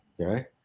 Okay